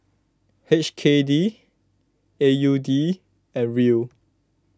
H K D A U D and Riel